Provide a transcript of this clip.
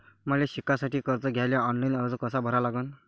मले शिकासाठी कर्ज घ्याले ऑनलाईन अर्ज कसा भरा लागन?